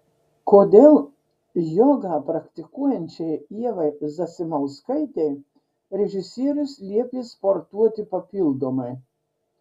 kodėl jogą praktikuojančiai ievai zasimauskaitei režisierius liepė sportuoti papildomai